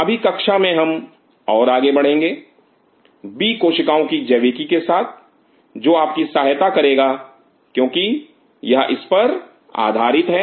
अभी कक्षा में हम और आगे बढ़ेंगे बी कोशिकाओं की जैविकी के साथ जो आपकी सहायता करेगा क्योंकि यह इस पर आधारित है